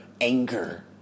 anger